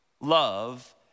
love